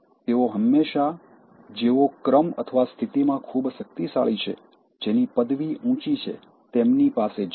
તેઓ હંમેશાં જેઓ ક્રમ અથવા સ્થિતિમાં ખૂબ શક્તિશાળી છે જેની પદવી ઉંચી છે તેમની પાસે જશે